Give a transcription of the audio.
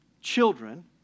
children